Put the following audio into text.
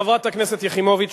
חברת הכנסת יחימוביץ,